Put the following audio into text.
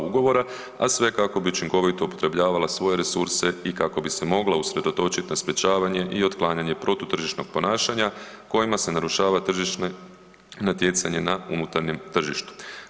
Ugovora, a sve kako bi učinkovito upotrebljavala svoje resurse i kako bi se mogla usredotočiti na sprečavanje i otklanjanje protutržišnog ponašanja kojima se narušava tržišno natjecanje na unutarnjem tržištu.